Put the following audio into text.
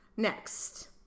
Next